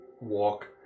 walk